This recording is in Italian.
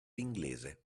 l’inglese